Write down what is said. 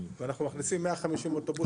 ואנחנו מכניסים 150 אוטובוסים.